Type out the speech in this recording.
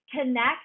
connect